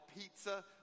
Pizza